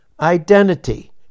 identity